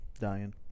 Dying